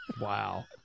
Wow